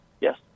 yes